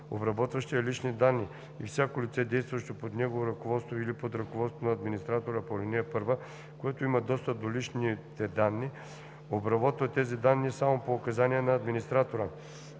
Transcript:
Обработващият лични данни и всяко лице, действащо под негово ръководство или под ръководството на администратора по ал. 1, което има достъп до личните данни, обработва тези данни само по указание на администратора,